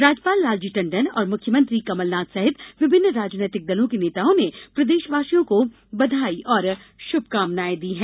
राज्यपाल लालजी टंडन और मुख्यमंत्री कमलनाथ सहित विभिन्न राजनीतिक दलों के नेताओं ने प्रदेशवासियों को बधाई और शुभकामनाएं दी हैं